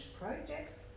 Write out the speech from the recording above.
projects